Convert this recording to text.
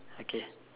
okay